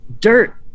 dirt